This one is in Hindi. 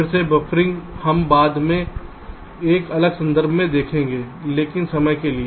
फिर से बफरिंग हम बाद में एक अलग संदर्भ में देखेंगे लेकिन समय के लिए